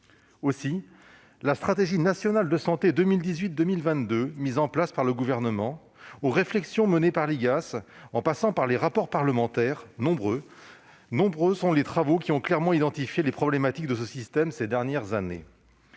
Aussi, de la stratégie nationale de santé 2018-2022 mise en place par le Gouvernement aux réflexions menées par l'Inspection générale des affaires sociales, l'IGAS, en passant par les rapports parlementaires, nombreux sont les travaux qui ont clairement identifié les problématiques de ce système ces dernières années.